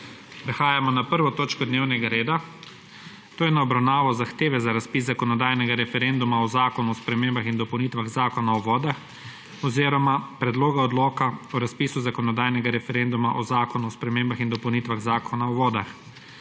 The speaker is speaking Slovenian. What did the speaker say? prekinjeno1. točko dnevnega reda, to je z obravnavo Predloga za razpis zakonodajnega referenduma o Zakonu o spremembah in dopolnitvah Zakona o vodah oziroma Predloga odloka o razpisu zakonodajnega referenduma o Zakonu o spremembah in dopolnitvah Zakona o vodah.